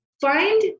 find